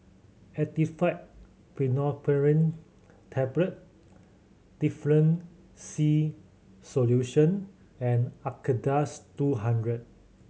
Actifed Pseudoephedrine Tablet Difflam C Solution and Acardust two hundred